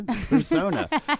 persona